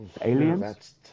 Aliens